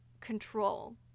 control